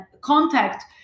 contact